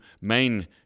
main